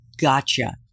Gotcha